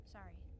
Sorry